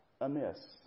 amiss